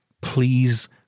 please